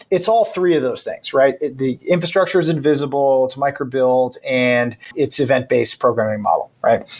it's all three of those things, right? the infrastructure's invisible, it's micro built and it's event based programming model, right?